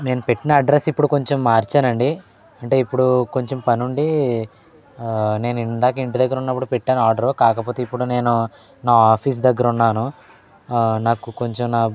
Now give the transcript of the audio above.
నేను పెట్టిన అడ్రస్ కొంచెం ఇప్పుడు మార్చానండి అంటే ఇప్పుడు కొంచెం పనుండి నేను ఇందాక ఇంటి దగ్గర ఉన్నప్పుడు పెట్టాను ఆర్డర్ కాకపోతే ఇప్పుడు నేను నా ఆఫీస్ దగ్గర ఉన్నాను నాకు కొంచెం నా